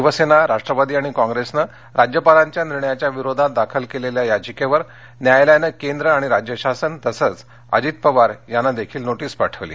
शिवसेना राष्ट्रवादी आणि काँग्रेसनं राज्यपालांच्या निर्णयाच्या विरोधात दाखल केलेल्या याधिकेवर न्यायालयानं केंद्र आणि राज्य शासन तसंच अजित पवार यांना देखील नोटिस पाठवली